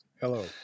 Hello